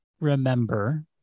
remember